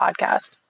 podcast